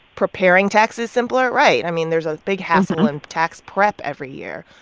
preparing taxes simpler, right. i mean, there's a big hassle in tax prep every year.